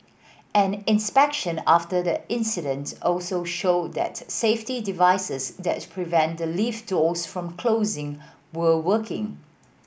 an inspection after the incident also showed that safety devices that prevent the lift doors from closing were working